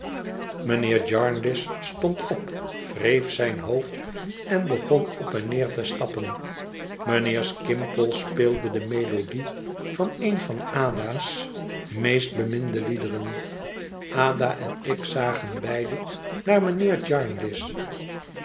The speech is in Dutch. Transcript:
mijnheer jarndyce stond op wreef zijn hoofd en begon op en neer te stappen mijnheer skimpole speelde de melodie van een van ada's meest beminde liederen ada en ik zagen beide naar mijnheer